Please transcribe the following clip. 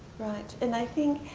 right. and i think,